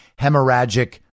hemorrhagic